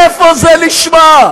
איפה זה נשמע?